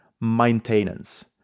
maintenance